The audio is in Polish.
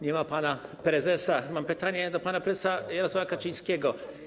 Nie ma pana prezesa, a mam pytanie do pana prezesa Jarosława Kaczyńskiego.